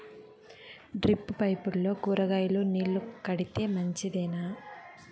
Drip పైపుల్లో కూరగాయలు నీళ్లు కడితే మంచిదేనా?